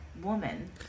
woman